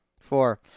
Four